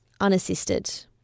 unassisted